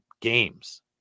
games